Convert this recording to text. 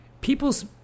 people's